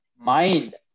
mind